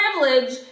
privilege